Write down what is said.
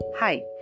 Hi